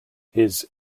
his